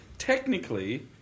Technically